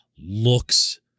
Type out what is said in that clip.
looks